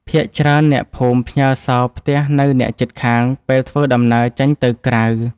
ភាគច្រើនអ្នកភូមិផ្ញើរសោផ្ទះនៅអ្នកជិតខាងពេលធ្វើដំណើរចេញទៅក្រៅ។